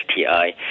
STI